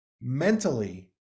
mentally